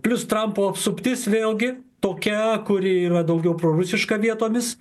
plius trampo apsuptis vėlgi tokia kuri yra daugiau prorusiška vietomis